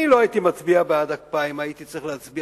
אני לא הייתי מצביע בעד הקפאה אם הייתי צריך להצביע,